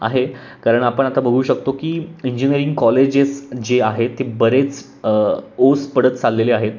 आहे कारण आपण आता बघू शकतो की इंजिनिअरिंग कॉलेजेस जे आहे ते बरेच ओस पडत चाललेले आहेत